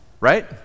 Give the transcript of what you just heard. right